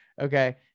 Okay